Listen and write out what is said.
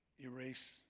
erase